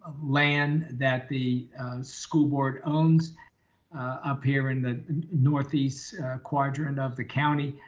land that the school board owns up here in the northeast quadrant of the county.